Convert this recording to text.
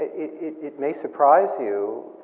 it may surprise you,